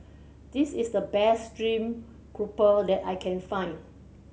this is the best stream grouper that I can find